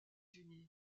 unis